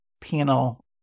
panel